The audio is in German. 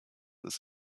ist